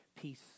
peace